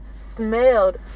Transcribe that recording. smelled